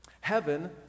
heaven